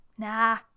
Nah